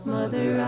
Mother